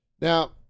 Now